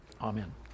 amen